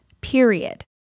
period